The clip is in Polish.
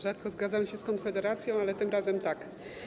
Rzadko zgadzam się z Konfederacją, ale tym razem tak.